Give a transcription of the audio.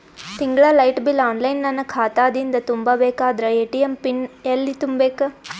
ತಿಂಗಳ light bill online ನನ್ನ ಖಾತಾ ದಿಂದ ತುಂಬಾ ಬೇಕಾದರ ಎ.ಟಿ.ಎಂ ಪಿನ್ ಎಲ್ಲಿ ತುಂಬೇಕ?